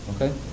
Okay